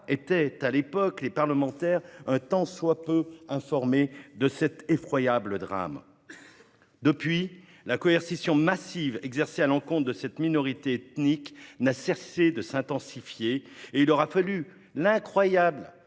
étaient à l'époque les parlementaires un tant soit peu informés de cet effroyable drame. Depuis, la coercition massive exercée à l'encontre de cette minorité ethnique n'a cessé de s'intensifier, et il aura fallu l'incroyable